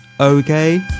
okay